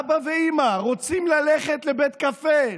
אבא ואימא רוצים ללכת לבית קפה,